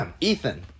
Ethan